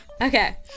Okay